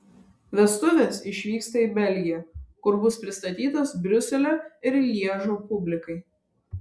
vestuvės išvyksta į belgiją kur bus pristatytos briuselio ir lježo publikai